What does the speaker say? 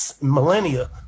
millennia